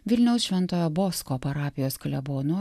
vilniaus šventojo bosko parapijos klebonu